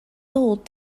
sold